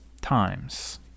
times